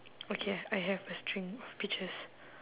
okay I have a string of peaches